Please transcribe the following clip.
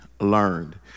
learned